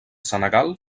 senegal